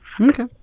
Okay